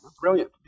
Brilliant